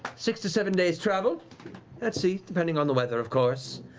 six to seven days travel at sea, depending on the weather, of course.